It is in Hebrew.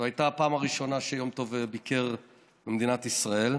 זו הייתה הפעם הראשונה שיום טוב ביקר במדינת ישראל,